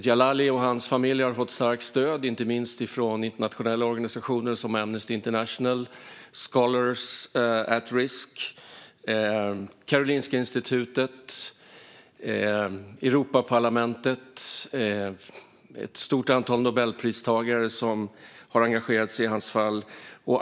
Djalali och hans familj har fått starkt stöd, inte minst från internationella organisationer som Amnesty International, Scholars at Risk, Karolinska institutet, Europaparlamentet och ett stort antal Nobelpristagare som har engagerat sig i hans fall.